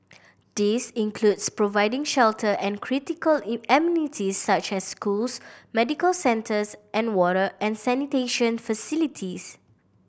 this includes providing shelter and critical amenities such as schools medical centres and water and sanitation facilities